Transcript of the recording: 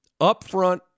Upfront